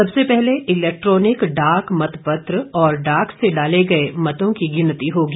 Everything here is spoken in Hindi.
सबसे पहले इलेक्ट्रॉनिक डाक मतपत्र और डाक से डाले गए मतों की गिनती होगी